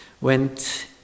went